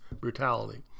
brutality